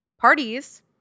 Parties